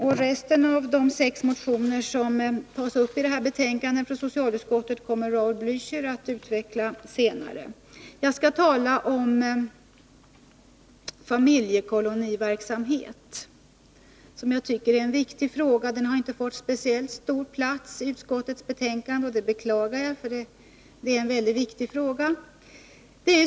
Resten av de sex motioner från vårt håll som behandlas i detta betänkande från socialutskottet kommer Raul Blächer att utveckla senare. Jag skall tala om familjekoloniverksamhet, som jag tycker är en viktig fråga. Den har inte fått speciellt stor plats i utskottsbetänkandet, och det beklagar jag, eftersom detta, som sagt, är en väldigt viktig fråga.